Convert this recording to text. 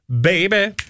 baby